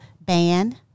band